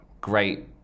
great